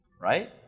right